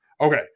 Okay